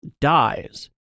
dies